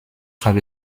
habe